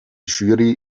jury